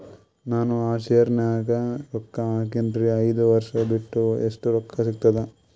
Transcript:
ನಾನು ಆ ಶೇರ ನ್ಯಾಗ ರೊಕ್ಕ ಹಾಕಿನ್ರಿ, ಐದ ವರ್ಷ ಬಿಟ್ಟು ಎಷ್ಟ ರೊಕ್ಕ ಸಿಗ್ತದ?